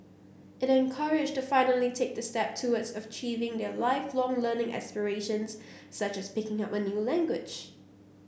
it encouraged to finally take the step towards of achieving their Lifelong Learning aspirations such as picking up a new language